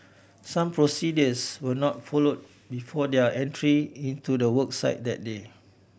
some procedures were not follow before their entry into the work site that day